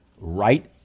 right